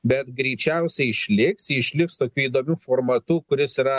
bet greičiausiai išliks ji išliks tokiu įdomiu formatu kuris yra